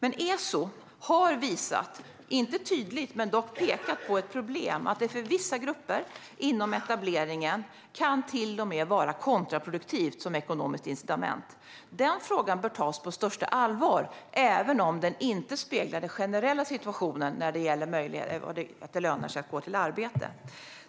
ESO har dock pekat på ett problem - även om man inte har visat det tydligt - nämligen att det för vissa grupper inom etableringen till och med kan vara kontraproduktivt som ekonomiskt incitament. Den frågan bör tas på största allvar, även om den inte speglar den generella situationen när det gäller att det lönar sig att gå till arbete.